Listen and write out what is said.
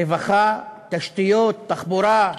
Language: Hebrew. רווחה, תשתיות, תחבורה,